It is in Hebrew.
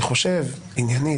אני חושב עניינית,